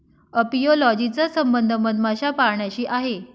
apiology चा संबंध मधमाशा पाळण्याशी आहे